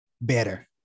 better